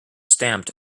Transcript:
stamped